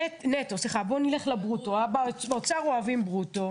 נטו, סליחה, בוא נלך לברוטו, באוצר אוהבים ברוטו.